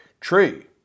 tree